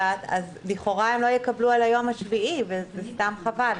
לכאורה הם לא יקבלו על היום השביעי וזה חבל.